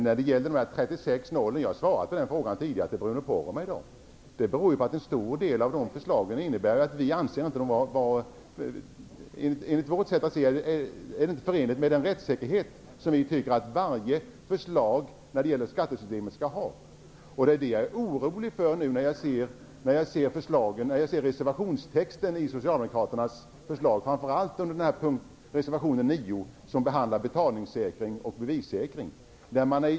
Att det blev 36--0 har jag bemött tidigare. Det berodde på att en stor del av era förslag enligt vårt sätt att se inte var förenliga med den rättssäkerhet som vi tycker att varje förslag när det gäller skattesystemet skall vara. Jag blir orolig när jag ser reservationstexten från Socialdemokraterna, framför allt i reservation 9, som handlar om betalningssäkring och bevissäkring.